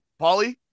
Pauly